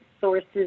sources